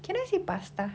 can I say pasta